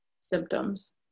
symptoms